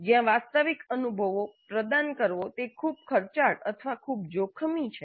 જ્યાં વાસ્તવિક અનુભવો પ્રદાન કરવો તે ખૂબ ખર્ચાળ અથવા ખૂબ જોખમી છે